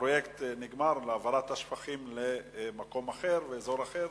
הפרויקט נגמר בהעברת השפכים למקום אחר, לאזור אחר.